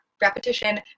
repetition